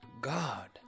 God